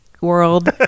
World